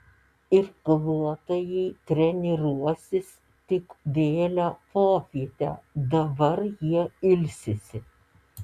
irkluotojai treniruosis tik vėlią popietę dabar jie ilsisi